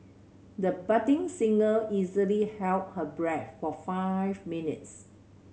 the budding singer easily held her breath for five minutes